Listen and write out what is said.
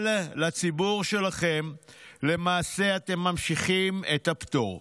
אבל לציבור שלכם אתם ממשיכים למעשה את הפטור.